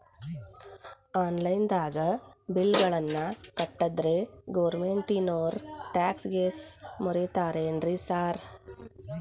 Online ದಾಗ bill ಗಳನ್ನಾ ಕಟ್ಟದ್ರೆ ಗೋರ್ಮೆಂಟಿನೋರ್ ಟ್ಯಾಕ್ಸ್ ಗೇಸ್ ಮುರೇತಾರೆನ್ರಿ ಸಾರ್?